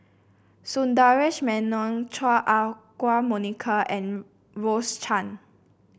Sundaresh Menon Chua Ah Huwa Monica and Rose Chan